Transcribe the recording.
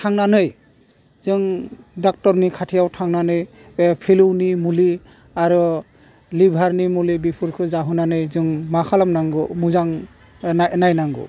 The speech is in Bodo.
थांनानै जों डाक्टारनि खाथियाव थांनानै बे फिलौनि मुलि आरो लिभारनि मुलि बेफोरखौ जाहोनानै जों मा खालामनांगौ मोजां नायनांगौ